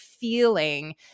feeling